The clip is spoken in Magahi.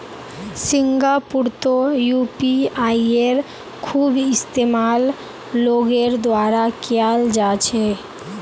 सिंगापुरतो यूपीआईयेर खूब इस्तेमाल लोगेर द्वारा कियाल जा छे